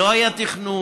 ולא היה תכנון.